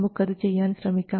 നമുക്ക് അത് ചെയ്യാൻ ശ്രമിക്കാം